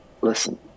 listen